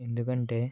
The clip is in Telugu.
ఎందుకంటే